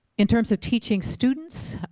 in terms of teaching students,